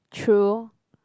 true